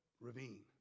ravine